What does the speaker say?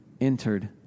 entered